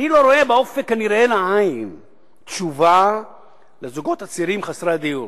אני לא רואה באופק הנראה לעין תשובה לזוגות הצעירים חסרי הדיור,